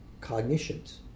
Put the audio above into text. cognitions